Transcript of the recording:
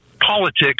politics